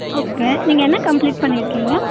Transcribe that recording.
okay நீங்கள் என்ன complete பண்ணியிருக்கீங்க